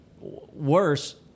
worse